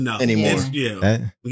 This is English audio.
anymore